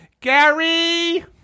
Gary